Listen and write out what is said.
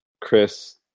Chris